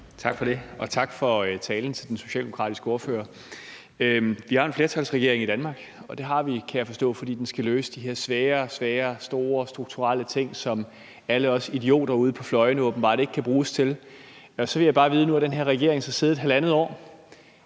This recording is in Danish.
Tak for det, og tak for talen til den socialdemokratiske ordfører. Vi har en flertalsregering i Danmark, og det har vi, kan jeg forstå, fordi den skal løse de her svære og store strukturelle ting, hvilket alle os idioter ude på fløjene åbenbart ikke kan bruges til. Nu har den her regering siddet i halvandet år,